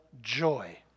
joy